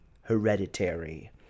hereditary